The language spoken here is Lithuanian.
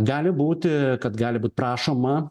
gali būti kad gali būt prašoma